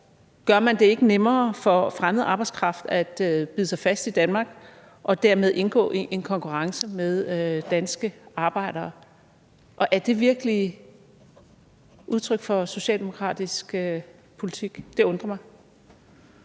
gør man det ikke nemmere for fremmed arbejdskraft at bide sig fast i Danmark og dermed indgå i en konkurrence med danske arbejdere? Er det virkelig udtryk for socialdemokratisk politik? Det undrer mig.